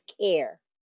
care